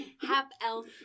half-elf